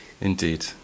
indeed